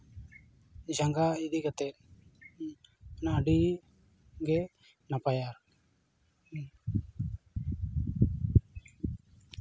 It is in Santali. ᱡᱟᱸᱜᱟ ᱤᱫᱤ ᱠᱟᱛᱮᱫ ᱚᱱᱟ ᱟᱹᱰᱤ ᱜᱮ ᱱᱟᱯᱟᱭᱟ ᱟᱨᱠᱤ ᱦᱩᱸ